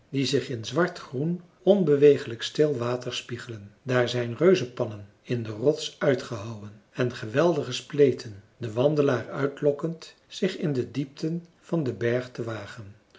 die zich in zwartgroen onbewegelijk stil water spiegelen daar zijn reuzenpannen in de rots uitgehouwen en geweldige spleten den wandelaar uitlokkend zich in de diepten van den berg te wagen